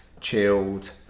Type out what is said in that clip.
chilled